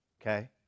Okay